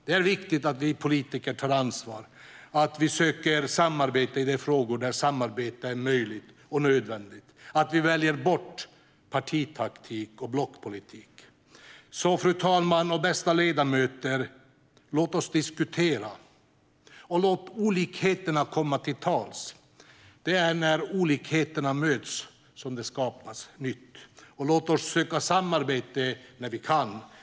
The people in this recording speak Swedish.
Det är viktigt att vi politiker tar ansvar, att vi söker samarbete i de frågor där det är möjligt och nödvändigt och att vi väljer bort partitaktik och blockpolitik. Så, fru talman och bästa ledamöter, låt oss diskutera, och låt olikheterna komma till tals. Det är när olikheterna möts som det skapas nytt. Låt oss söka samarbete när vi kan.